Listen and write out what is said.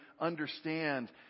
understand